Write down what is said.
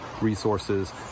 resources